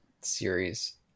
series